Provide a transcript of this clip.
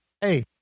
Hey